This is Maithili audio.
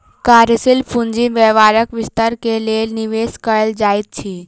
कार्यशील पूंजी व्यापारक विस्तार के लेल निवेश कयल जाइत अछि